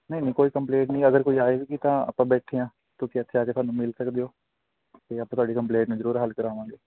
ਨਹੀਂ ਨਹੀਂ ਕੋਈ ਕੰਪਲੇਂਟ ਨਹੀਂ ਅਗਰ ਕੋਈ ਆਏਗੀ ਤਾਂ ਆਪਾਂ ਬੈਠੇ ਆਂ ਕਿਉਂਕਿ ਇੱਥੇ ਆ ਕੇ ਤੁਹਾਨੂੰ ਮਿਲ ਸਕਦੇ ਹੋ ਜਾਂ ਤੁਹਾਡੀ ਕੰਪਲੇਂਟ ਨੂੰ ਜਰੂਰ ਹੱਲ ਕਰਾਵਾਂਗੇ